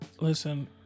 Listen